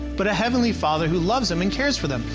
but a heavenly father who loves them and cares for them.